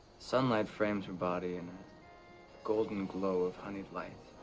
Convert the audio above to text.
sun light frames her body, in a golden glow of honey light.